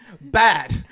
Bad